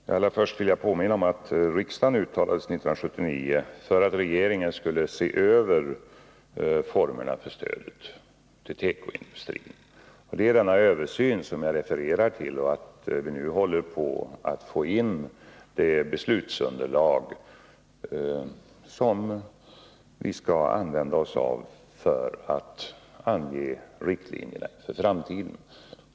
Herr talman! Allra först vill jag påminna om att riksdagen 1979 uttalade sig för att regeringen skulle se över formerna för stödet till tekoindustrin. Det är denna översyn som jag refererar till, och vi håller nu på att få in det beslutsunderlag som vi skall använda oss av för att ange riktlinjerna för framtiden.